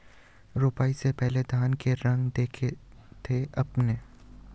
रोपाई से पहले धान के रंग देखे थे आपने?